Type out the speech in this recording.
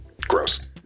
gross